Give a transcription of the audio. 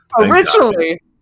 originally